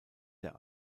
der